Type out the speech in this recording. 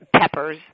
peppers